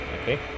okay